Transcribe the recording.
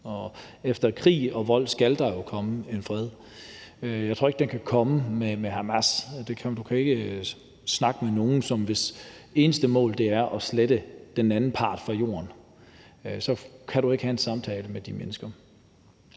Efter krig og vold skal der jo komme en fred, men jeg tror ikke, at den kan komme med Hamas. Du kan ikke snakke med nogen, hvis eneste mål er at udslette den anden part fra jordens overflade; så kan du ikke have en samtale med de mennesker.